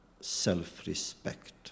self-respect